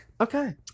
okay